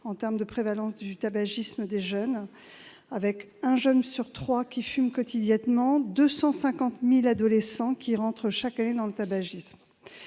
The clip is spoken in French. en termes de prévalence du tabagisme des jeunes, avec un jeune sur trois qui fume quotidiennement et 250 000 adolescents qui entrent chaque année dans le tabagisme.